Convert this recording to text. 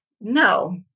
No